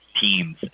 teams